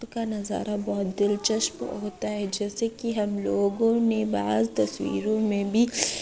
کا نظارہ بہت دلچسپ ہوتا ہے جیسے کہ ہم لوگوں نے بعض تصویروں میں بھی